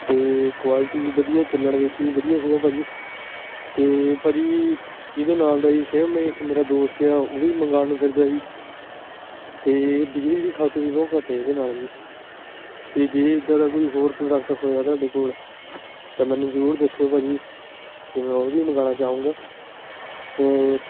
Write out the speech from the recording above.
ਅਤੇ ਕੁਆਲਟੀ ਵੀ ਵਧੀਆ ਚੱਲਣ ਵਿੱਚ ਵੀ ਵਧੀਆ ਸੀਗਾ ਭਾਅ ਜੀ ਅਤੇ ਭਾਅ ਜੀ ਇਹਦੇ ਨਾਲ ਦਾ ਹੀ ਸੇਮ ਇੱਕ ਮੇਰਾ ਦੋਸਤ ਏ ਆ ਉਹ ਵੀ ਮੰਗਾਉਣ ਨੂੰ ਫਿਰਦਾ ਜੀ ਅਤੇ ਬਿਜਲੀ ਦੀ ਖਪਤ ਵੀ ਬਹੁਤ ਘੱਟ ਇਹਦੇ ਨਾਲ ਜੀ ਅਤੇ ਜੇ ਇੱਦਾਂ ਦਾ ਕੋਈ ਹੋਰ ਪ੍ਰੋਡਕਟ ਹੋਇਆ ਤੁਹਾਡੇ ਕੋਲ ਤਾਂ ਮੈਨੂੰ ਜ਼ਰੂਰ ਦੱਸਿਓ ਭਾਅ ਜੀ ਅਤੇ ਮੈਂ ਉਹ ਵੀ ਮੰਗਾਉਣਾ ਚਾਹੂੰਗਾ ਅਤੇ